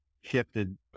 shifted